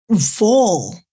fall